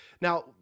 Now